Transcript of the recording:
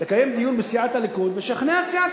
לקיים דיון בסיעת הליכוד ולשכנע את סיעת